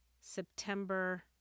September